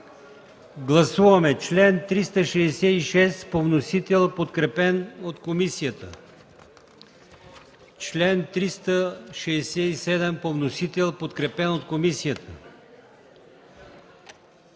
Гласуваме чл. 366 по вносител, подкрепен от комисията,